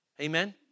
Amen